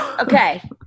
Okay